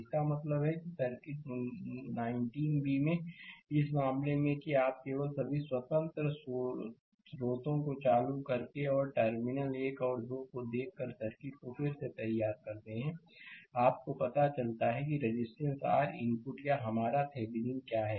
तो इसका मतलब है कि सर्किट 19b में इस मामले में कि आप केवल सभी स्वतंत्र स्रोतों को चालू करके और टर्मिनल 1 और 2 से देख कर सर्किट को फिर से तैयार करते हैं आपको पता चलता है कि रेजिस्टेंस r इनपुट या हमारा थेविनीनक्या है